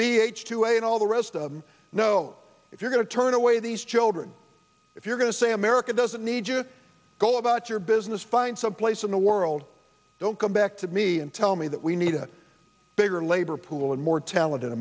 a and all the rest of know if you're going to turn away these children if you're going to say america doesn't need you to go about your business find some place in the world don't come back to me and tell me that we need a bigger labor pool and more talent